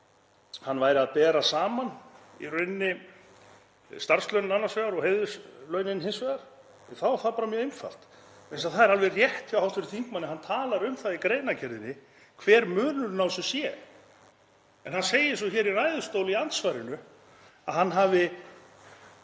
hann væri að bera saman starfslaunin annars vegar og heiðurslaunin hins vegar þá er það bara mjög einfalt, vegna þess að er alveg rétt hjá hv. þingmanni, hann talar um það í greinargerðinni hver munurinn á þessu sé, en hann segir hér í ræðustóli í andsvarinu að hann hafi